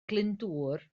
glyndŵr